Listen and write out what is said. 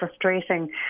frustrating